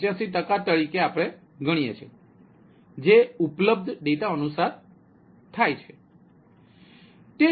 385 ટકા તરીકે ગણીએ છીએ જે ઉપલબ્ધ ડેટા અનુસાર છે